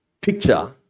picture